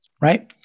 right